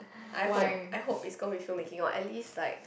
I hope I hope it's gonna be film making or at least like